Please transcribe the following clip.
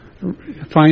find